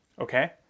Okay